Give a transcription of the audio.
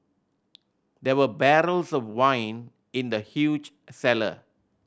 there were barrels of wine in the huge cellar